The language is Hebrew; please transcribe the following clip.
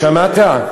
שמעת?